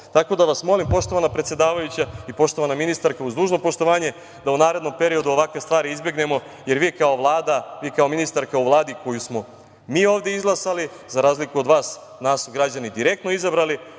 da vas molim poštovana predsedavajuća i poštovana ministarko, uz dužno poštovanje, da u narednom periodu ovakve stvari izbegnemo, jer vi kao Vlada, vi kao ministarka u Vladi, koju smo mi ovde izglasali, za razliku od vas, nas građani direktno izabrali,